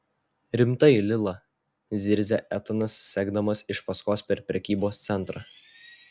rimtai lila zirzia etanas sekdamas iš paskos per prekybos centrą